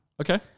Okay